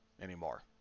anymore